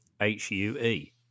H-U-E